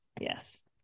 yes